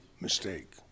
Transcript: mistake